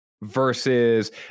versus